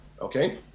Okay